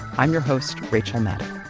i'm your host rachel maddow